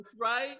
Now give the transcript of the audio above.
right